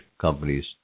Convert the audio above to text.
companies